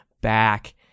back